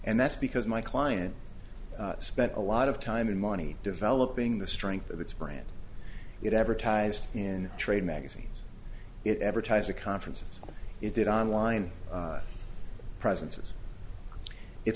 and that's because my client spent a lot of time and money developing the strength of its brand it advertised in trade magazines it advertiser conferences it did on line presences it